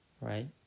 right